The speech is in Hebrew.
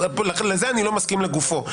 לזה אני לא מסכים לגופו.